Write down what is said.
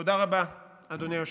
תודה רבה, אדוני היושב-ראש.